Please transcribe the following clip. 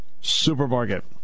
supermarket